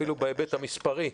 אפילו בהיבט המספרי.